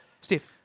Steve